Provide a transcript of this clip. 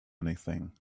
anything